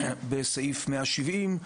בסעיף 170,